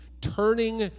turning